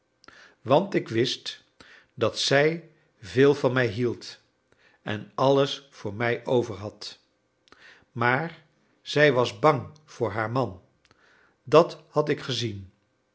want ik wist dat zij veel van mij hield en alles voor mij overhad maar zij was bang voor haar man dat had ik gezien